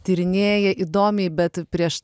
tyrinėja įdomiai bet prieš